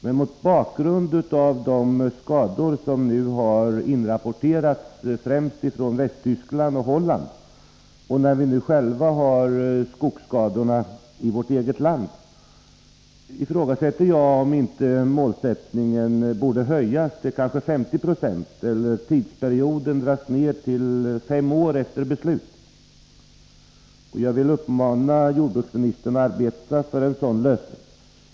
Men mot bakgrund av de skador som nu har inrapporterats, främst från Västtyskland och Holland, och med tanke på skadorna på skogen i vårt eget land, ifrågasätter jag om inte målsättningen bör höjas till kanske 50 96 eller tidsperioden dras ned till fem år efter beslut. Jag vill uppmana jordbruksministern att arbeta för en sådan lösning.